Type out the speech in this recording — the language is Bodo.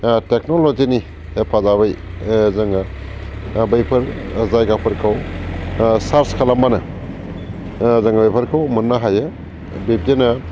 ओ टेक्नलजिनि हेफाजाबै ओ जोङो दा बैफोर जायगाफोरखौ ओ सार्स खालामब्लानो ओ जोङो बेफोरखौ मोननो हायो बिबदिनो